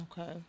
Okay